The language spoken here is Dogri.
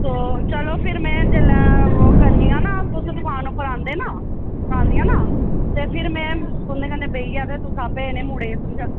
ते चलो फेर मै जेल्लै ओह् करनी आं तुस दकान उप्पर आंदे न आन्नी आं ते फेर में तुं'दे कन्नै बेहियै फेर तुस आपें इनें मुड़ें गी समझाओ